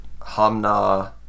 Hamna